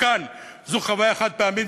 כאן זו חוויה חד-פעמית,